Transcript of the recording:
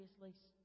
previously